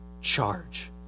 charge